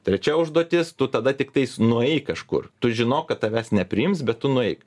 trečia užduotis tu tada tiktais nueik kažkur tu žinok kad tavęs nepriims bet tu nueik